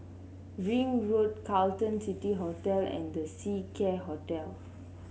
Ring Road Carlton City Hotel and The Seacare Hotel